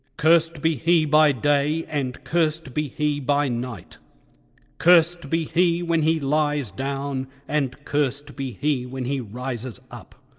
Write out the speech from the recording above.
cursed be he by day and cursed be he by night cursed be he when he lies down and cursed be he when he rises up.